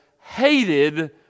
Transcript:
hated